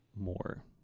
more